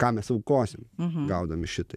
ką mes aukosim gaudami šitai